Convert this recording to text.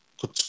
good